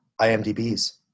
IMDBs